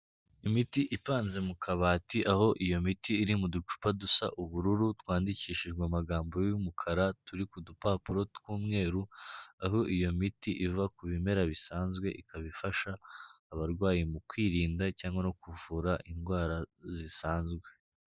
Imiti ipanze mu kabati, aho iyo miti iri mu ducupa dusa ubururu, twandikishijwe amagambo y'umukara, turi ku dupapuro tw'umweru, aho iyo miti iva ku bimera bisanzwe, ikaba ifasha abarwayi mu kwirinda cyangwa no kuvura indwara zisanzwe.